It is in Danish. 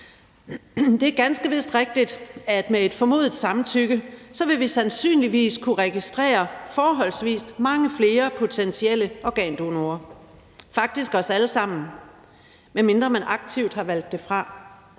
Det er ganske vist rigtigt, at med et formodet samtykke vil vi sandsynligvis kunne registrere forholdsvis mange flere potentielle organdonorer – faktisk os alle sammen, medmindre man aktivt har valgt det fra